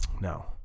No